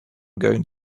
going